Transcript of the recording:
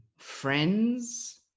Friends